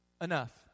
enough